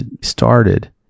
started